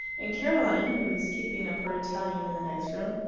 and caroline, who was keeping up her italian in the next room,